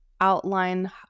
outline